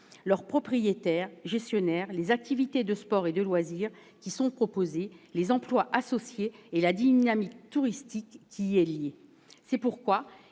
leurs propriétaires, leurs gestionnaires, les activités de sports et de loisirs qui y sont proposées, les emplois qui y sont associés et la dynamique touristique qui y est liée. C'est pourquoi